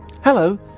Hello